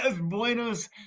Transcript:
buenos